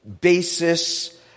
basis